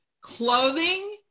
clothing